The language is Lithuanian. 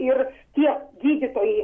ir tie gydytojai